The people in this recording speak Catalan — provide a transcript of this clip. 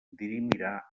dirimirà